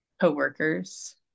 co-workers